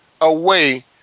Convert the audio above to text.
away